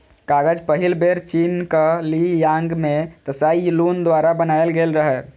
कागज पहिल बेर चीनक ली यांग मे त्साई लुन द्वारा बनाएल गेल रहै